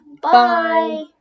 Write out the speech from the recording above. Bye